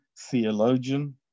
theologian